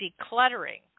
decluttering